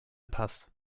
pass